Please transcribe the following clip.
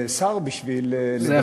צריך לפחות שר בשביל לדבר.